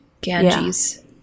Ganges